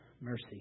mercy